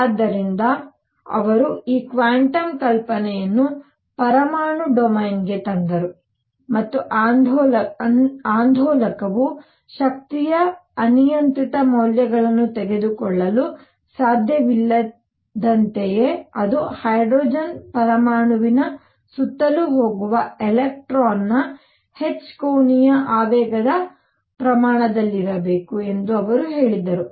ಆದ್ದರಿಂದ ಅವರು ಈ ಕ್ವಾಂಟಮ್ ಕಲ್ಪನೆಯನ್ನು ಪರಮಾಣು ಡೊಮೇನ್ಗೆ ತಂದರು ಮತ್ತು ಆಂದೋಲಕವು ಶಕ್ತಿಯ ಅನಿಯಂತ್ರಿತ ಮೌಲ್ಯಗಳನ್ನು ತೆಗೆದುಕೊಳ್ಳಲು ಸಾಧ್ಯವಿಲ್ಲದಂತೆಯೇ ಅದು ಹೈಡ್ರೋಜನ್ ಪರಮಾಣುವಿನ ಸುತ್ತಲೂ ಹೋಗುವ ಎಲೆಕ್ಟ್ರಾನ್ನ h ಕೋನೀಯ ಆವೇಗದ ಪ್ರಮಾಣದಲ್ಲಿರಬೇಕು ಎಂದು ಅವರು ಹೇಳಿದರು